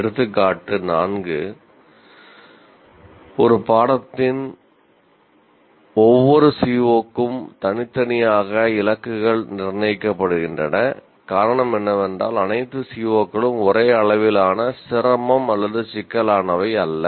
எடுத்துக்காட்டு 4 ஒரு பாடத்தின் ஒவ்வொரு CO க்கும் தனித்தனியாக இலக்குகள் நிர்ணயிக்கப்படுகின்றன காரணம் என்னவென்றால் அனைத்து CO களும் ஒரே அளவிலான சிரமம் அல்லது சிக்கலானவை அல்ல